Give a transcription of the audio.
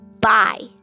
Bye